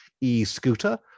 e-scooter